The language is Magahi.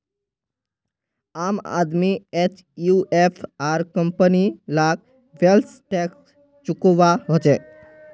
आम आदमी एचयूएफ आर कंपनी लाक वैल्थ टैक्स चुकौव्वा हछेक